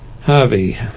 Harvey